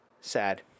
Sad